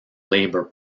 labor